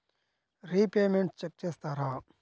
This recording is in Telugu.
రిపేమెంట్స్ చెక్ చేస్తారా?